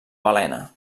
balena